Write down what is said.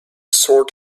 sword